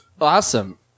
Awesome